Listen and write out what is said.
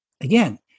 Again